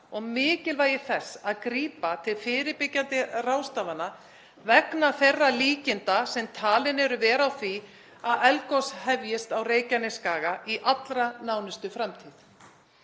og mikilvægi þess að grípa til fyrirbyggjandi ráðstafana vegna þeirra líkinda sem talin eru vera á því að eldgos hefjist á Reykjanesskaga í allra nánustu framtíð.